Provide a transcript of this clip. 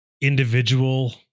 individual